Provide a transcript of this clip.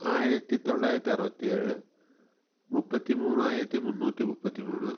ஆயிரத்தி தொள்ளாயிரத்தி அறுபத்தி ஏழு முப்பத்தி மூணாயிரத்தி முந்நூற்றி முப்பத்தி மூணு